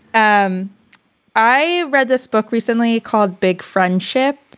and i read this book recently called big friendship,